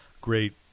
great